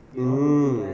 mm